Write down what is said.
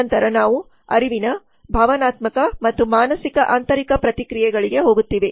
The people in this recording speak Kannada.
ನಂತರ ನಾವು ಅರಿವಿನ ಭಾವನಾತ್ಮಕ ಅಥವಾ ಮಾನಸಿಕ ಆಂತರಿಕ ಪ್ರತಿಕ್ರಿಯೆಗಳಿಗೆ ಹೋಗುತ್ತೇವೆ